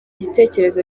gitekerezo